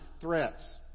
threats